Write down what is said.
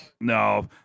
No